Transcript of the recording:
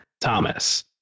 Thomas